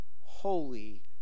holy